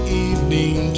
evening